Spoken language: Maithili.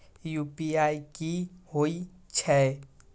यू.पी.आई की होई छै?